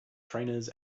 trainers